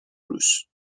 روش